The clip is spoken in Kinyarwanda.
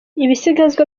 ibisigazwa